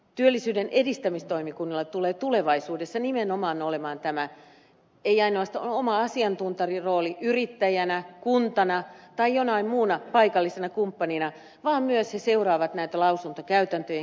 työllisyyden edistämistoimikunnalla tulee tulevaisuudessa ei ainoastaan olemaan oma asiantuntijarooli nimenomaan yrittäjänä kuntana tai jonain muuna paikallisena kumppanina vaan toimikunta myös seuraa lausuntokäytäntöjen kehittymistä